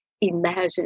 imagine